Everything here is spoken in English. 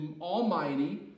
almighty